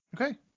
Okay